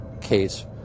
case